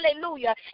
Hallelujah